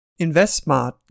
InvestSmart